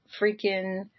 freaking